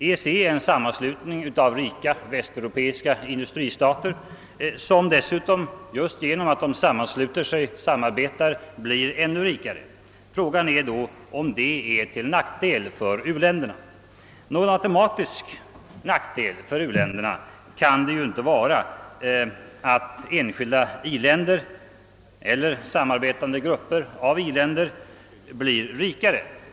EEC är en sammanslutning av rika västeuropeiska industristater som dessutom, genom att de sammansluter sig, blir ännu rikare. Frågan är då, om detta är till nackdel för u-länderna. Någon automatisk nackdel för u-länderna kan det naturligtvis inte vara att enskilda i-länder eller samarbetande grupper av i-länder blir rikare.